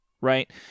right